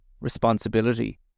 responsibility